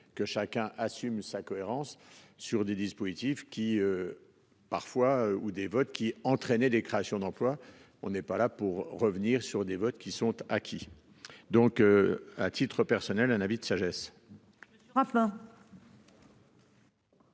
que chacun assume sa cohérence sur des dispositifs qui. Parfois, ou des votes qui entraîné des créations d'emplois. On n'est pas là pour revenir sur des votes qui sont acquis. Donc, à titre personnel un avis de sagesse.--